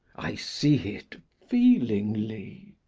i see it feelingly.